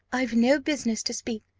i've no business to speak.